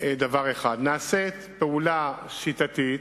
דבר אחד: נעשית פעולה שיטתית,